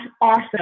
awesome